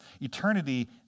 eternity